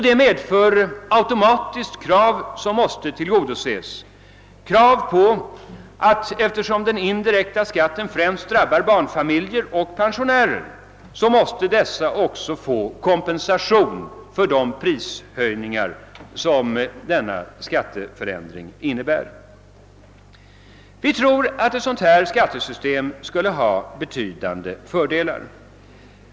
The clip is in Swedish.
Det medför automatiskt krav som måste tillgodoses, nämligen kompensation till barnfamiljer och pensionärer för de prishöjningar som denna skattereform medför; den indirekta skatten drabbar främst dessa grupper. Vi tror att ett sådant skattesystem skulle ha betydande fördelar.